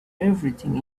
everything